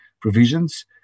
provisions